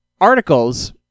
articles